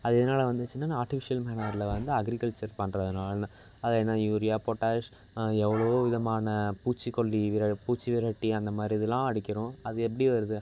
அது எதனால வந்துச்சுன்னா இந்த அர்டிஃபிஷியல் மேனரில் வந்து அக்ரிகல்ச்சர் பண்ணுறதுனால தான் அது என்ன யூரியா பொட்டாஷ் எவ்வளோவோ விதமான பூச்சிக்கொல்லி விர பூச்சி விரட்டி அந்த மாதிரி இதெலாம் அடிக்கிறோம் அது எப்படி வருது